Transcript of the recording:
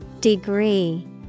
Degree